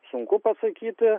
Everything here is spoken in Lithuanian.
sunku pasakyti